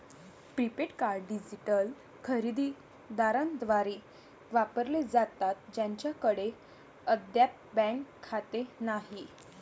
prepaid card digital खरेदी दारांद्वारे वापरले जातात ज्यांच्याकडे अद्याप बँक खाते नाही